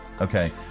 Okay